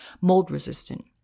mold-resistant